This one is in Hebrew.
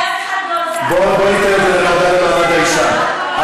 ואף אחד לא, בואו ניתן את זה לוועדה למעמד האישה.